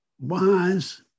wise